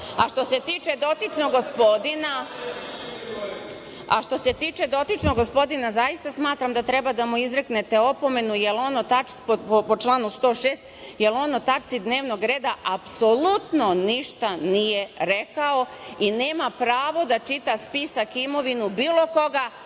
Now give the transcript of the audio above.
se tiče dotičnog gospodina, zaista smatram da treba da mu izreknete opomenu po članu 106, jer on o tačci dnevnog reda apsolutno ništa nije rekao i nema pravo da čita spisak imovine bilo koga.